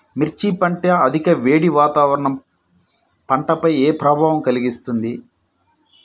మిర్చి పంట అధిక వేడి వాతావరణం పంటపై ఏ ప్రభావం కలిగిస్తుంది?